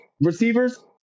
receivers